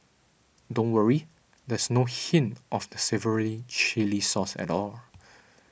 don't worry there's no hint of the savoury chilli sauce at all